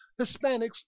Hispanics